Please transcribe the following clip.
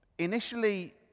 Initially